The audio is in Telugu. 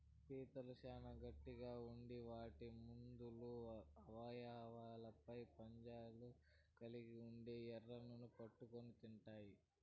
పీతలు చానా గట్టిగ ఉండి వాటి ముందు అవయవాలపై పంజాలు కలిగి ఉండి ఎరలను పట్టుకొని తింటాయి